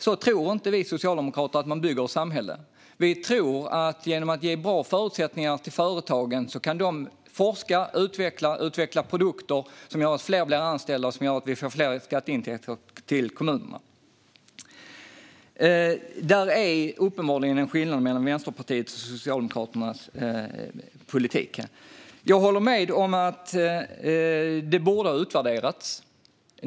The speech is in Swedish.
Så tror inte vi socialdemokrater att man bygger ett samhälle. Vi tror att man genom att ge bra förutsättningar till företagen ger dem möjlighet att forska, att utvecklas och att utveckla produkter som gör att fler blir anställda och att vi får mer skatteintäkter till kommunerna. Där finns uppenbarligen en skillnad mellan Vänsterpartiets och Socialdemokraternas politik. Jag håller med om att reformen borde ha utvärderats.